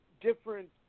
different